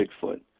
Bigfoot